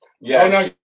Yes